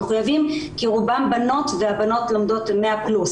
הם מחויבים כי רובם בנות והבנות לומדות 100% פלוס,